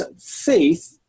faith